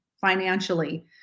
financially